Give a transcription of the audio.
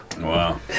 Wow